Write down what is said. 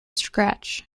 scratch